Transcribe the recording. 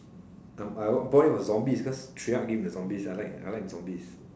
I'm I bought it for zombies because game the zombies I I like the zombies